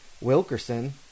Wilkerson